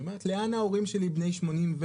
היא אומרת: לאן ההורים שלי, בני יותר מ-80,